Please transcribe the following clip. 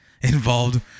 involved